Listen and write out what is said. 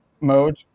mode